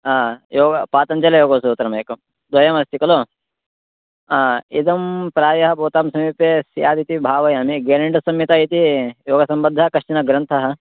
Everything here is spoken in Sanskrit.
अ एवमेव पातञ्जलयोगसूत्रमेकं द्वयमस्ति खलु आ इदं प्रायः भवतां समीपे स्यादिति भावयामि घेरण्डसंहिता इति योगसंबद्धः कश्चनः ग्रन्थः